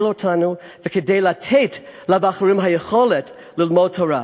אותנו וכדי לתת לבחורים את היכולת ללמוד תורה.